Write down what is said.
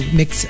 mix